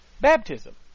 baptism